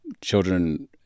children